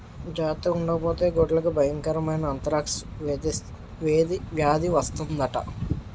జార్తగుండకపోతే గొడ్లకి బయంకరమైన ఆంతరాక్స్ వేది వస్తందట